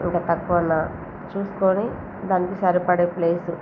ఇంకా తక్కువున్నా చూసుకొని దానికి సరిపడే ప్లేసు